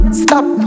stop